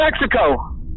Mexico